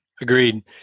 Agreed